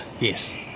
yes